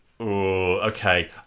okay